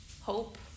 hope